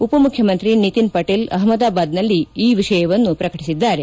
ಉಪ ಮುಖ್ಯಮಂತ್ರಿ ನಿತಿನ್ ಪಟೇಲ್ ಅಹಮದಾಬಾದ್ನಲ್ಲಿ ಈ ವಿಷಯವನ್ನು ಪ್ರಕಟಿಸಿದ್ದಾರೆ